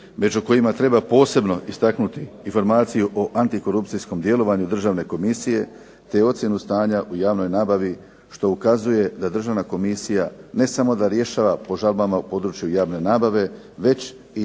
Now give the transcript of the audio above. među kojima treba posebno istaknuti informacije o antikorupcijskom djelovanju Državne komisije, te ocjenu stanja u javnoj nabavi što ukazuje za Državna komisija ne samo da rješava po žalbama u području javne nabave već i